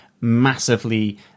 massively